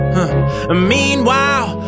Meanwhile